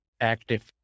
active